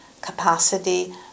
capacity